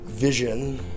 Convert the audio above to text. vision